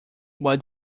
what